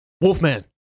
wolfman